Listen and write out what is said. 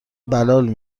بلال